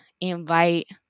invite